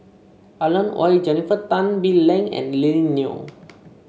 Alan Oei Jennifer Tan Bee Leng and Lily Neo